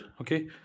okay